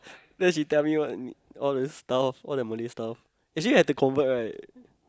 then she tell me all the all the stuff all the Malay stuff actually you have to convert right